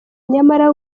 nyamara